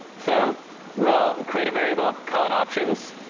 so we'll create a variable, call it options,